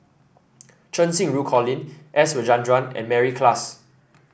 Cheng Xinru Colin S Rajendran and Mary Klass